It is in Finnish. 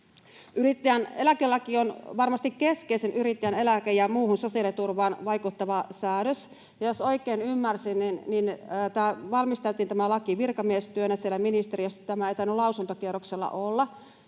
Yrittäjän eläkelaki on varmasti keskeisin yrittäjän eläke- ja muuhun sosiaaliturvaan vaikuttava säädös, ja jos oikein ymmärsin, niin tämä laki valmisteltiin virkamiestyönä siellä ministeriössä — tämä ei tainnut olla lausuntokierroksella.